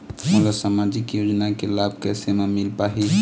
मोला सामाजिक योजना के लाभ कैसे म मिल पाही?